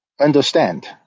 understand